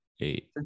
eight